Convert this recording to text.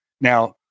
Now